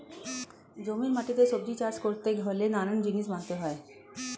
জমির মাটিতে সবজি চাষ করতে হলে নানান জিনিস মানতে হয়